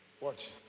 Watch